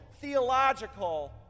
theological